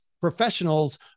professionals